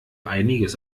einiges